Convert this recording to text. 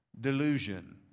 delusion